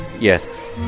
yes